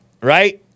right